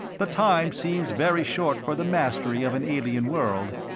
the time seems very short for the mastery of an alien world.